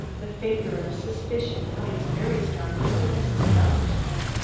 the finger of suspicion points very strongly to mrs. felderson